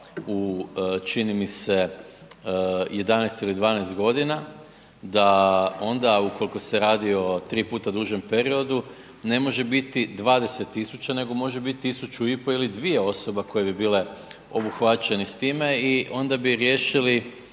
u čini mi se 11 ili 12 godina da onda ukoliko se radi o 3 puta dužem periodu ne može biti 20.000 nego može biti 1.500 ili 2.000 osoba koje bi bile obuhvaćene s time i onda bi riješili